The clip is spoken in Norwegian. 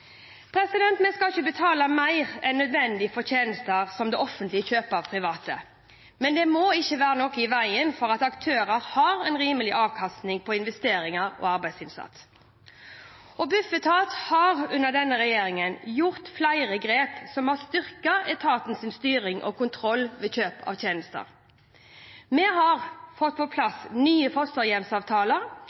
Vi skal ikke betale mer enn nødvendig for tjenester som det offentlige kjøper av private, men det må ikke være noe i veien for at aktører har en rimelig avkastning på investeringer og arbeidsinnsats. Bufetat har under denne regjeringen tatt flere grep som har styrket etatens styring og kontroll ved kjøp av tjenester. Vi har fått på plass nye fosterhjemsavtaler,